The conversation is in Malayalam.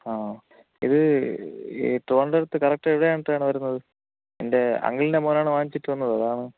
ആ ഇത് ഈ ട്രിവാന്ഡ്രത്ത് കറക്റ്റ് എവിടെയായിട്ടാണു വരുന്നത് എൻ്റെ അങ്കിളിൻ്റെ മോനാണു വാങ്ങിച്ചിട്ടു വന്നത് അതാണ്